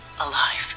alive